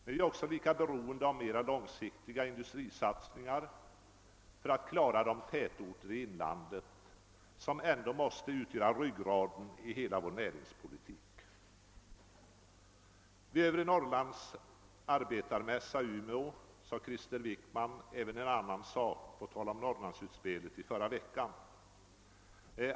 Vi är också lika beroende av mera långsiktiga insatser för att klara de tätorter i inlandet som ändå måste utgöra ryggraden i hela vår näringspolitik. Vid övre Norrlands arbetarmässa i Umeå sade Krister Wickman även en annan sak på tal om Norrlandsutspelet i förra veckan.